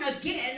again